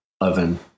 oven